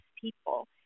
people